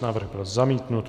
Návrh byl zamítnut.